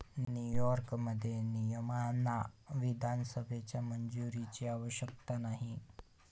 न्यूयॉर्कमध्ये, नियमांना विधानसभेच्या मंजुरीची आवश्यकता नाही